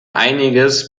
einiges